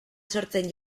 sortzen